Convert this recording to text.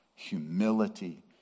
Humility